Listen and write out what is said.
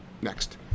next